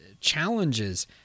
challenges